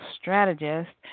strategist